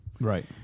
right